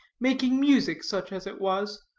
making music, such as it was,